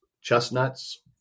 chestnuts